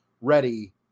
ready